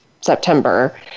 September